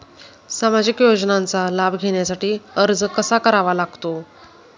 सामाजिक योजनांचा लाभ घेण्यासाठी अर्ज कसा करावा लागतो?